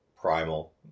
primal